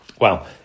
wow